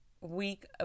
week